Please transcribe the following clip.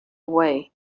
away